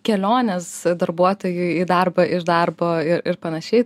kelionės darbuotojų į darbą iš darbo ir ir panašiai